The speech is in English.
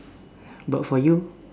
but for you